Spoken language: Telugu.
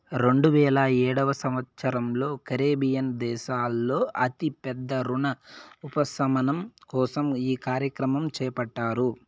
రెండువేల ఏడవ సంవచ్చరంలో కరేబియన్ దేశాల్లో అతి పెద్ద రుణ ఉపశమనం కోసం ఈ కార్యక్రమం చేపట్టారు